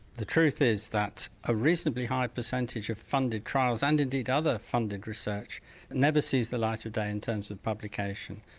the truth is that a recently high percentage of funded trials and indeed other funded research never sees the light of day in terms of publication.